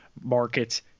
market